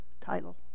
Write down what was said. title